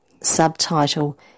subtitle